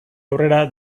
aurrera